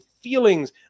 feelings